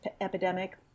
epidemic